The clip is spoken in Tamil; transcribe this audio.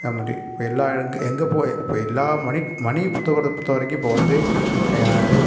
ரெமடி இப்போ எல்லாம் எங்கே போய் இப்போ எல்லாம் மனி மனி பொறுத்தவரை பொறுத்தவரைக்கும் இப்போ வந்து